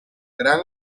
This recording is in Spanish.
gran